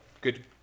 good